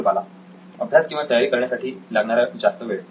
professor बाला अभ्यास किंवा तयारी करण्यासाठी लागणारा जास्त वेळ